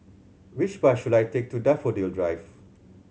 which bus should I take to Daffodil Drive